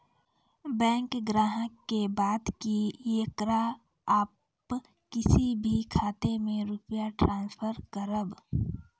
Bank ग्राहक के बात की येकरा आप किसी भी खाता मे रुपिया ट्रांसफर करबऽ?